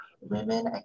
women